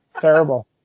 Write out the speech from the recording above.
terrible